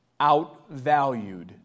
outvalued